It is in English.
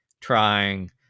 trying